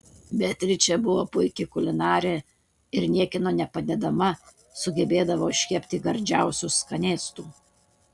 beatričė buvo puiki kulinarė ir niekieno nepadedama sugebėdavo iškepti gardžiausių skanėstų